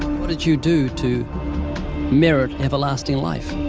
what did you do to merit everlasting life?